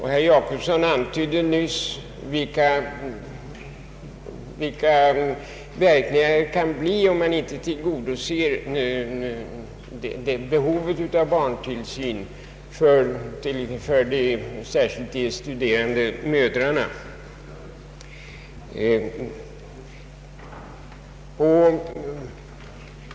Herr Jacobsson antydde nyss vilka verkningar som kan uppstå om inte behovet av barntillsyn för särskilt de studerande mödrarna tillgodoses.